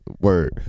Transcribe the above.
word